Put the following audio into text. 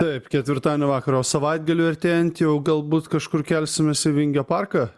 taip ketvirtadienio vakarą o savaitgaliui artėjant jau galbūt kažkur kelsimės į vingio parką